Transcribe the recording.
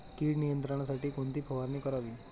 कीड नियंत्रणासाठी कोणती फवारणी करावी?